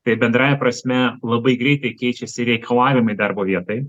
tai bendrąja prasme labai greitai keičiasi reikalavimai darbo vietai